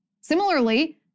Similarly